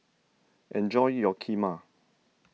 enjoy your Kheema